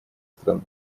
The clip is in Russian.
страны